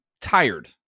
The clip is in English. tired